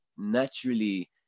naturally